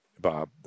Bob